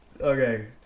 Okay